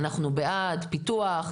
אנחנו בעד פיתוח,